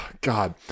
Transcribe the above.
God